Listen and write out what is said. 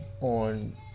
on